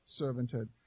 servanthood